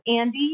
andy